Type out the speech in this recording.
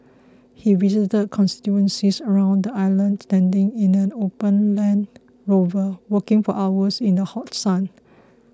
he visited constituencies around the island standing in an open Land Rover walking for hours in the hot sun